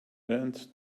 and